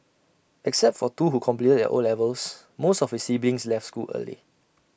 except for two who completed their O levels most of his siblings left school early